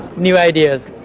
new ideas,